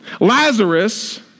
Lazarus